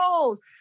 goals